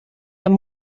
amb